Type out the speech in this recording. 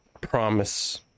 promise